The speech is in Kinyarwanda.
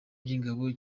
by’ingabo